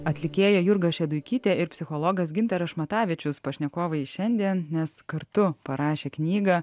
atlikėja jurga šeduikytė ir psichologas gintaras šmatavičius pašnekovai šiandien nes kartu parašė knygą